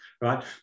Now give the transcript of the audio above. right